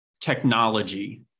technology